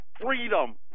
freedom